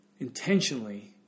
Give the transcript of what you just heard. intentionally